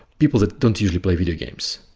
people that don't usually play video games.